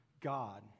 God